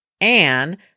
Anne